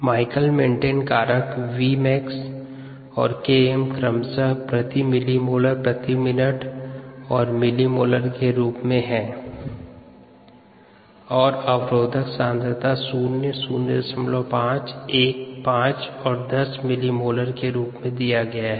Michaelis Menten कारक Vmax और Km क्रमशः प्रति मिलीमोलर प्रति मिनट और मिलीमोलर के रूप में है और अवरोधक सांद्रता 0 05 1 5 और 10 मिलिमोलर के रूप में दिया गया है